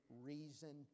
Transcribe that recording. reason